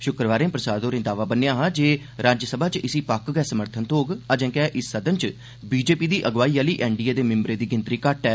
शुक्रवारे प्रसाद होरे दावा बन्नेआ हा जे राज्यसभा च इसी पक्क गै समर्थन थ्होग अर्जे कि इस सदन च बीजेपी दी अग्वाई आहली एनडीए दे मिम्बरें दी गिनतरी घट्ट ऐ